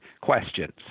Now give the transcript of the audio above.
questions